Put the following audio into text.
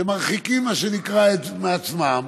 שמרחיקים מעצמם,